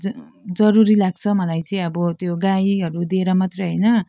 ज जरुरी लाग्छ मलाई चाहिँ अब त्यो गाईहरू दिएर मात्रै होइन